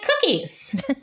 cookies